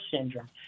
syndrome